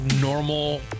Normal